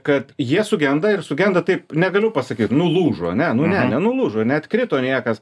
kad jie sugenda ir sugenda taip negaliu pasakyti nulūžo ane nu ne nenulūžo neatkrito niekas